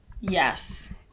Yes